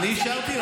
אני אישרתי לה,